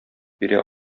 бирә